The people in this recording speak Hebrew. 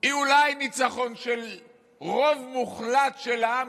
היא אולי ניצחון של רוב מוחלט של העם,